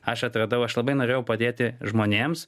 aš atradau aš labai norėjau padėti žmonėms